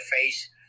face